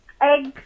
Eggs